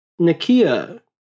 Nakia